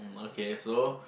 okay so